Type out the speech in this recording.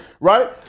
right